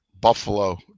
Buffalo